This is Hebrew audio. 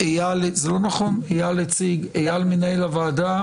איל מנהל הוועדה